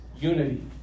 unity